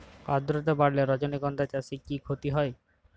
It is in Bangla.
আদ্রর্তা বাড়লে রজনীগন্ধা চাষে কি ক্ষতি হয়?